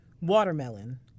watermelon